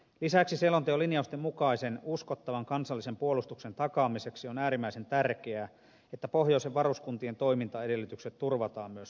lisäksi selonteon linjausten mukaisen uskottavan kansallisen puolustuksen takaamiseksi on äärimmäisen tärkeää että pohjoisen varuskuntien toimintaedellytykset turvataan myös tulevaisuudessa